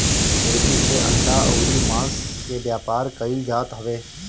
मुर्गी से अंडा अउरी मांस के व्यापार कईल जात हवे